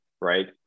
right